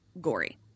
gory